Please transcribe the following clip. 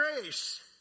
grace